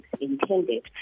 intended